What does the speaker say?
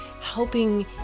helping